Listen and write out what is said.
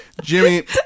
Jimmy